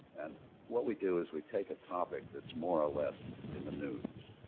and what we do is we take a topic that's more or less in the news.